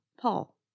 Paul